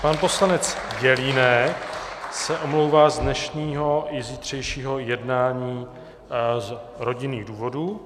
Pan poslanec Jelínek se omlouvá z dnešního i zítřejšího jednání z rodinných důvodů.